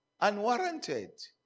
unwarranted